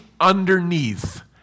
underneath